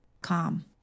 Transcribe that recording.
Calm